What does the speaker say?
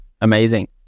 amazing